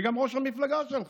וגם ראש המפלגה שלך,